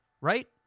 right